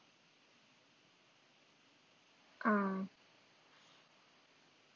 ah